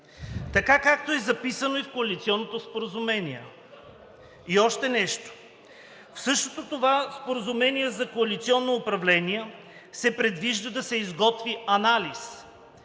така както е записано и в коалиционното споразумение. И още нещо, в същото това споразумение за коалиционно управление се предвижда да се изготви анализ